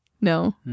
No